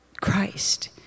Christ